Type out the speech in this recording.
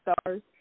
stars